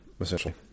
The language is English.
essentially